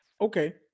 Okay